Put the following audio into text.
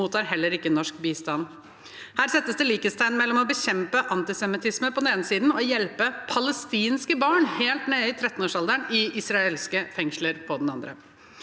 mottar heller ikke norsk bistand.» Her settes det likhetstegn mellom å bekjempe antisemittisme på den ene siden og å hjelpe palestinske barn helt nede i 13-årsalderen i israelske fengsler på den andre.